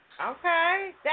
Okay